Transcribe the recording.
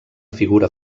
figura